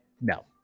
no